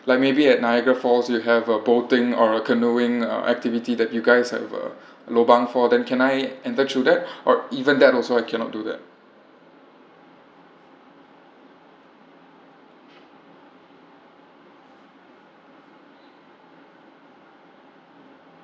like maybe at niagara falls you have a boating or a canoeing uh activity that you guys have a lobang for them can I enter through that or even that also I cannot do that